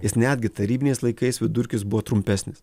jis netgi tarybiniais laikais vidurkis buvo trumpesnis